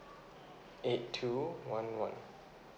eight two one one